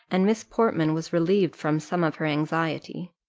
and miss portman was relieved from some of her anxiety.